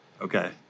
Okay